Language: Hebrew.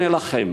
הנה לכם.